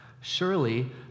Surely